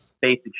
basic